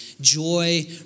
joy